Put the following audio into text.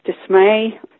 dismay